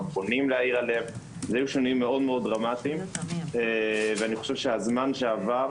אני חושב שהזמן שעבר,